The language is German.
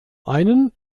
einen